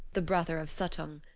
the brother of suttung.